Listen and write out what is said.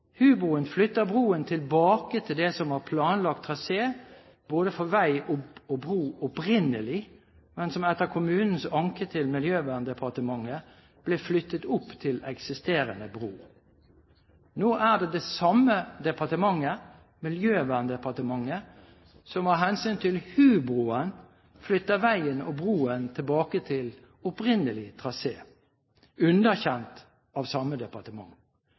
flytter broen tilbake til det som var planlagt trasé for både vei og bro opprinnelig, men som etter kommunens anke til Miljøverndepartementet blir flyttet opp til eksisterende bro. Nå er det det samme departementet, Miljøverndepartementet, som av hensyn til hubroen flytter veien og broen tilbake til opprinnelig trasé, underkjent av samme departement.